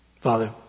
Father